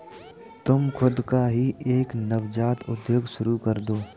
तुम खुद का ही एक नवजात उद्योग शुरू करदो